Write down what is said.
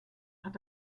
hat